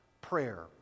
prayer